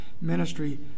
ministry